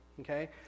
okay